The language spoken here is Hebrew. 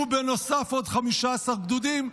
ובנוסף עוד 15 גדודים,